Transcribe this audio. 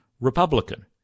republican